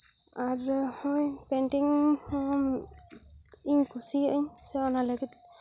ᱟᱨ ᱦᱚᱸ ᱯᱮᱱᱴᱤᱝ ᱦᱚᱸ ᱤᱧ ᱠᱩᱥᱤᱭᱟᱜ ᱟᱹᱧ ᱥᱮ ᱚᱱᱟ ᱞᱟᱹᱜᱤᱫ